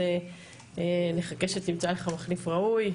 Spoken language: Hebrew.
אז נחכה שתמצא לך מחליף ראוי,